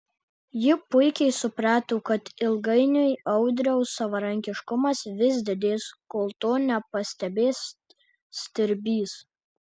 ji puikiai suprato kad ilgainiui audriaus savarankiškumas vis didės kol to nepastebės stirbys